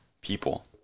people